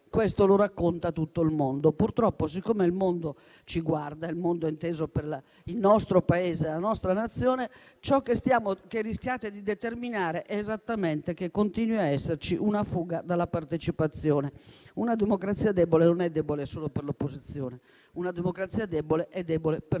noi, la racconta anche tutto il mondo. Purtroppo, siccome il mondo ci guarda (il mondo inteso come il nostro Paese e la nostra Nazione), ciò che rischiate di determinare è esattamente che continui a esserci una fuga dalla partecipazione. Una democrazia debole non è debole solo per l'opposizione; una democrazia debole è debole per